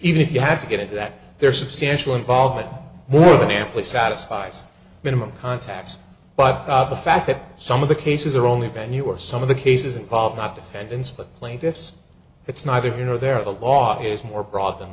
even if you had to get into that there's substantial involvement more than amply satisfies minimum contacts but the fact that some of the cases are only venue or some of the cases involve not defendants but plaintiffs it's neither here nor there the law is more broad than